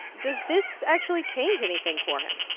does this actually change anything for him?